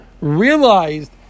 realized